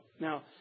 Now